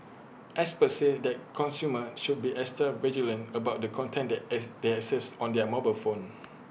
experts say that consumers should be extra vigilant about the content as they access on their mobile phone